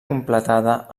completada